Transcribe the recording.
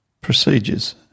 Procedures